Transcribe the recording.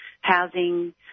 housing